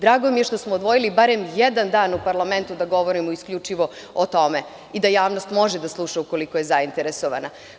Drago mi je što smo odvojili barem jedan dan u parlamentu da govorimo isključivo o tome i da javnost može da sluša ukoliko je zainteresovana.